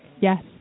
Yes